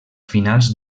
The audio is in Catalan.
finals